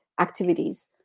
activities